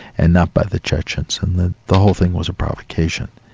and not by the chechens, and the the whole thing was a provocation.